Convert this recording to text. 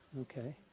Okay